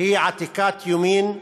היא עתיקת יומין,